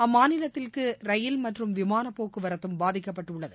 அம்மாநிலத்திற்கு rail மற்றும் விமாள போக்குவரத்தும் பாதிக்கப்பட்டுள்ளது